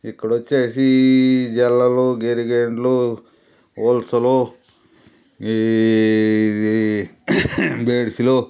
ఇక్కడొచ్చేసి జల్లలూ గెరిగెండ్లు ఉల్సలు ఈ దీ బెడిశెలు